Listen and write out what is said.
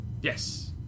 Yes